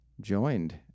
joined